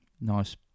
Nice